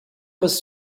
was